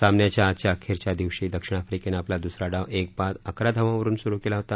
सामन्याच्या आजच्या अखेरच्या दिवशी दक्षिण आफ्रीकेनं आपला दुसरा डाव एक बाद अकरा धावांवरुन सुरु केला होता